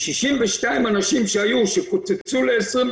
מ-62 אנשים שהיו שקוצצו ל-29,